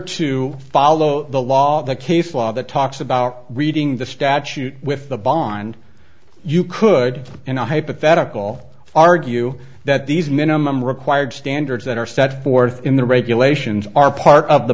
to follow the law the case law that talks about reading the statute with the bomb and you could in a hypothetical argue that these minimum required standards that are set forth in the regulations are part of the